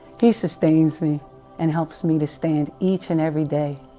he sustains, me and helps me to stand each and every, day